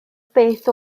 beth